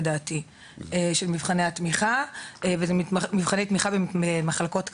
של מבחני התמיכה במחלקות קיימות.